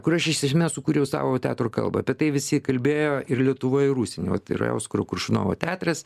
kur aš iš esmės sūkuriau savo teatro kalbą apie tai visi kalbėjo ir lietuvoj ir užsieny vat yra oskaro koršunovo teatras